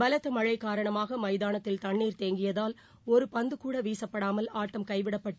பலத்தமழைகாரணமாகமைதானத்தில் தண்ணீர் தேங்கியதால் ஒருபந்துகூடவீசப்படாமல் ஆட்டம் கைவிடப்பட்டு